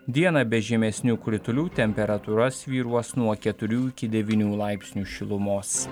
dieną be žymesnių kritulių temperatūra svyruos nuo keturių iki devynių laipsnių šilumos